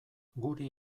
guri